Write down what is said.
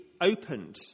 opened